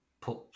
put